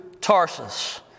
Tarsus